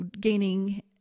gaining